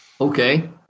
Okay